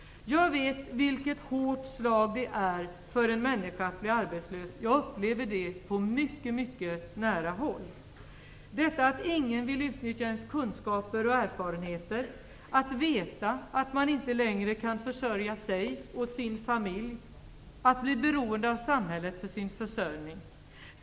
Jag vet vilket hårt slag det är för en människa att bli arbetslös. Jag upplever detta på mycket mycket nära håll. Det handlar om att ingen vill utnyttja ens kunskaper och erfarenheter, att veta att man inte längre kan försörja sig och sin familj samt att bli beroende av samhället för sin försörjning.